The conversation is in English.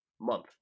month